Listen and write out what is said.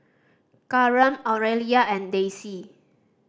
Kareem Aurelia and Daisy